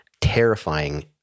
terrifying